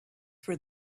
for